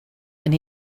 and